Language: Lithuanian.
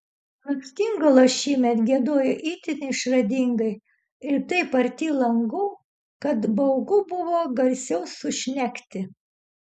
lakštingalos šįmet giedojo itin išradingai ir taip arti langų kad baugu buvo garsiau sušnekti